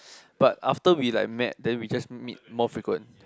but after we like met then we just meet more people